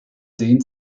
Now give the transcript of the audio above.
dehnt